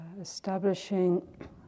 establishing